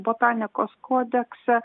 botanikos kodekse